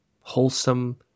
wholesome